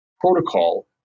Protocol